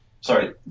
Sorry